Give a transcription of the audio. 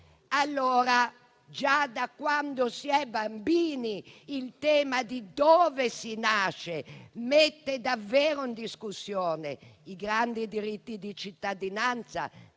Allora, già da quando si è bambini, il tema di dove si nasce mette davvero in discussione i grandi diritti di cittadinanza